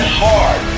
hard